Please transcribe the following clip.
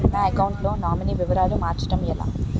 నా అకౌంట్ లో నామినీ వివరాలు మార్చటం ఎలా?